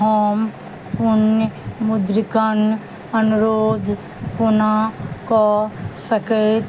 हम पुणः मुद्रिकन अनुरोध पुनः कऽ सकैत